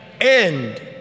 End